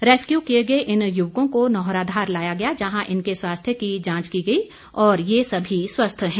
rescue किए गए इन युवकों को नौहराधार लाया गया जहां इनके स्वास्थ्य की जांच की गई और ये सभी स्वस्थ हैं